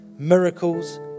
Miracles